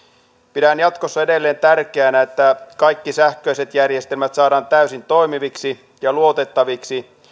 pidän jatkossa edelleen tärkeänä että kaikki sähköiset järjestelmät saadaan täysin toimiviksi ja luotettaviksi